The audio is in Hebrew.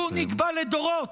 הוא נקבע לדורות,